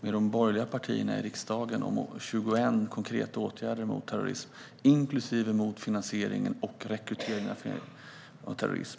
med de borgerliga partierna i riksdagen om 21 konkreta åtgärder mot terrorism, inklusive mot finansieringen av och rekryteringarna till terrorism.